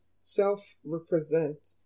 Self-represent